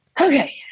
Okay